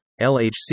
LHC